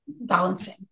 balancing